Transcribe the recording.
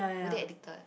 were they addicted